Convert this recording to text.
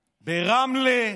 ברמלה.